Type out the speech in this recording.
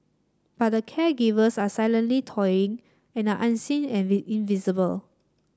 but the caregivers are silently toiling and are unseen and invisible